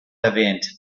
erwähnt